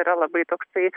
yra labai toksai